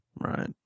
Right